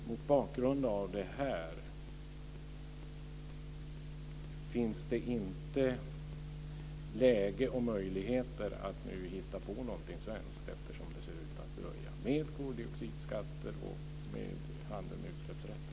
Mot bakgrund av det här, finns det inte läge och möjligheter att nu hitta på något svenskt, eftersom det ser ut att dröja, med koldioxidskatter och med handel med utsläppsrätter?